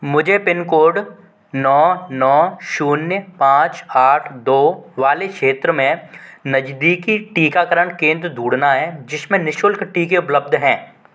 मुझे pin code नौ नौ शून्य पाँच आठ दो वाले क्षेत्र में नज़दीकी टीकाकरण केंद्र ढूँढना है जिसमें निःशुल्क टीके उपलब्ध हैं